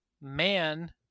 man